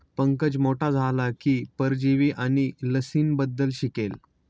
पंकज मोठा झाला की परजीवी आणि लसींबद्दल शिकेल